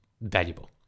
valuable